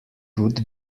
would